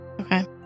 Okay